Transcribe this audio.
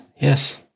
Yes